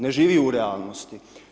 Ne živi u realnosti.